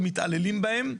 להתעלל בהם,